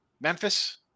Memphis